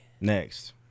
next